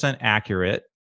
accurate